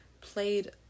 played